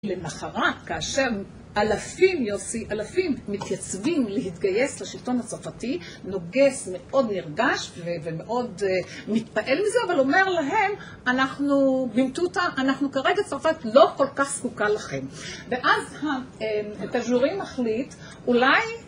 למחרת כאשר אלפים יוסי, אלפים מתייצבים להתגייס לשלטון הצרפתי נוגס מאוד נרגש ומאוד מתפעל מזה אבל אומר להם אנחנו במטותא, אנחנו כרגע צרפת לא כל כך זקוקה לכם ואז התג'ורי מחליט אולי